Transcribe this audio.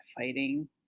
fighting